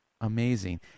Amazing